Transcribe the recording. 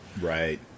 Right